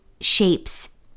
shapes